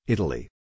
Italy